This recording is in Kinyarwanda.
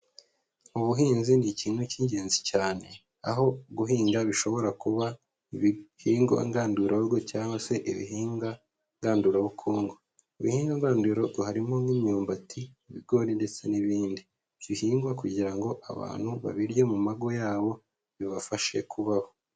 Ubuhinzi ni ikintu cy'ingenzi cyane, aho guhinga bishobora kuba ibihingwa ngandurarugo cyangwa se ibihingwa ndandurabukungu, ibihingwa ngandurarugo harimo nk'imyumbati, ibigori ndetse n'ibindi bihingwa kugira ngo abantu babirye mu mago yabo bibafashe kubaho.